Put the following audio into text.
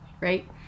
right